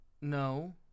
No